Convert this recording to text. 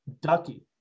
Ducky